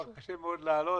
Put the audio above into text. קשה לעלות,